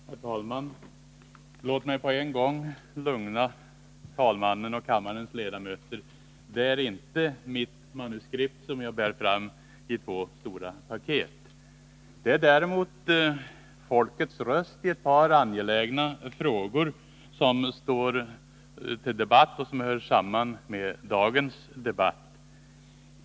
Herr talman! Låt mig på en gång stilla oron hos talmannen och kammarens ledamöter. Det är inte mitt manus som bärs fram i stora paket. Det är däremot folkets röst i ett par angelägna frågor som hör samman med dagens debatt.